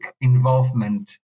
involvement